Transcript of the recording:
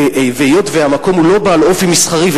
היות שהמקום הוא לא בעל אופי מסחרי,